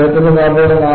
ജലത്തിന്റെ താപനില 4